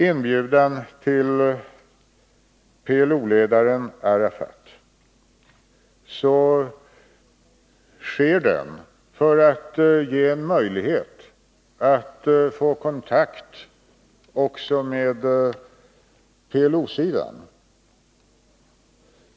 Inbjudan till PLO-ledaren Arafat sker för att ge oss en möjlighet att få kontakt också med PLO-sidan.